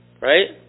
right